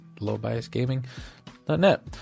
lowbiasgaming.net